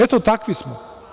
Eto, takvi smo.